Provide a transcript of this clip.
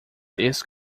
these